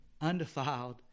Undefiled